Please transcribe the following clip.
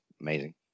Amazing